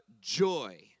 joy